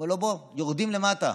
אומר לו: בוא, יורדים למטה.